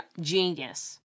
Genius